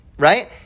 Right